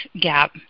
gap